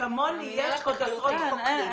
כמוני יש עוד עשרות חוקרים.